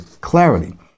Clarity